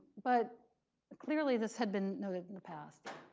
but clearly, this had been noted in the past.